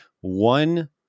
one